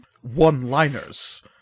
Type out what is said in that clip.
one-liners